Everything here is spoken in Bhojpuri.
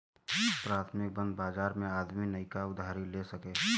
प्राथमिक बंध बाजार मे आदमी नइका उधारी ले सके